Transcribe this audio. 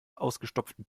ausgestopften